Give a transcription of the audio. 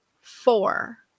Four